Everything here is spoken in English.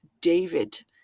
David